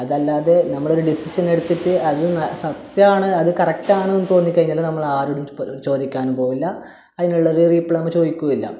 അതല്ലാതെ നമ്മൾ ഒരു ഡിസിഷൻ എടുത്തിട്ട് അത് ന സത്യമാണ് അത് കറെക്റ്റ് ആണ് എന്ന് തോന്നി കഴിഞ്ഞാൽ നമ്മളാരോടും ചോദിക്കാനും പോകില്ല അതിനുള്ള ഒരു റിപ്ലൈ നമ്മൾ ചോദിക്കുകയുമില്ല